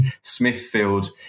Smithfield